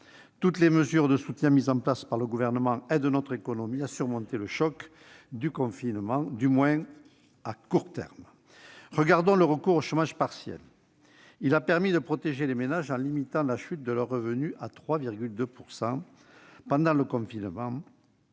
Toutes les mesures de soutien mises en place par le Gouvernement aident notre économie à surmonter le choc du confinement, du moins à court terme. Regardons le recours au chômage partiel. Il a permis de protéger les ménages en limitant la chute de leurs revenus à 3,2 % pendant le confinement,